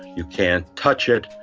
you can't touch it.